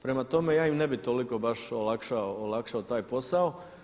Prema tome, ja im ne bih toliko baš olakšao taj posao.